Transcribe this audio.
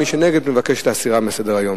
מי שנגד, מבקש להסירה מסדר-היום.